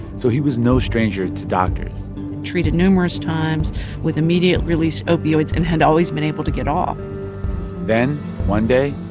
so he was no stranger to doctors treated numerous times with immediate-release opioids and had always been able to get off then one day,